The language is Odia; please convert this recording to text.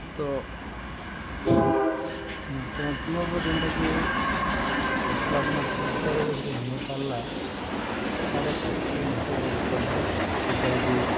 ତ ନକାରାତ୍ମକ ଯେନ୍ଟାକି ଉତ୍ପାଦନ ଠିକ୍ ହିସାବେ ଯଦି ହେଇ ନି ପାର୍ଲା ତା'ହେଲେ ଚାଷୀକେ ନିହାତି ଭାବେ ଦିକତ୍ ହେବା ଯଦ୍ଵାରାକି